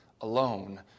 alone